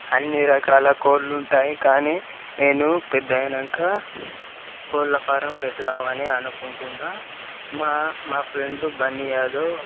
అన్ని రకాల కోళ్ళు ఉంటాయి కానీ నేను పెద్దగయ్యాక కోళ్ళ ఫారం పెడదామని అనుకుంటున్నాను మా మా ఫ్రెండ్ బన్నీయాదవ్